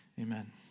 Amen